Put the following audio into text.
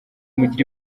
mugire